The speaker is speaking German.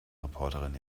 reporterin